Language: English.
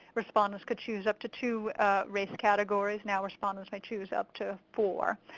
respondents could choose up to two race categories. now respondents may choose up to four.